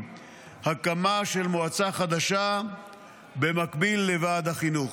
הקמה של מועצה חדשה במקביל לוועד החינוך.